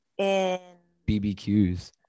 BBQs